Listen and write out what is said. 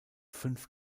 fünf